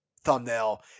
thumbnail